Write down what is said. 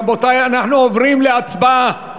רבותי, אנחנו עוברים להצבעה,